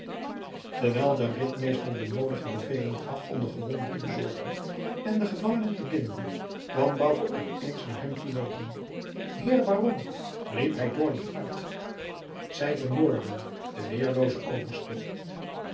terwijl de ritmeester de noodige bevelen gaf om de gewonden te bezorgen en de gevangenen te binden kwam bouke op eens naar hem toe loopen heer baron riep hij toornig uit zij vermoorden den weerloozen overste